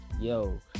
yo